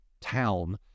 town